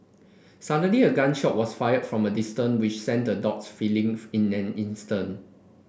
suddenly a gun shot was fired from a distance which sent the dogs fleeing in an instant